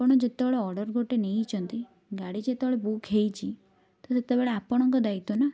ଆପଣ ଯେତେବେଳେ ଅର୍ଡ଼ର ଗୋଟେ ନେଇଛନ୍ତି ଗାଡ଼ି ଯେତେବେଳେ ବୁକ୍ ହେଇଛି ତ ସେତେବେଳେ ଆପଣଙ୍କ ଦାୟିତ୍ୱ ନା